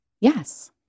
Yes